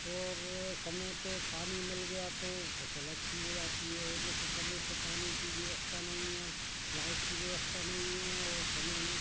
और समय पे पानी मिल गया तो फसल अच्छी हो जाती है ओ जैसे समय पे पानी की व्यवस्था नहीं है लाइट की व्यवस्था नहीं है और समय में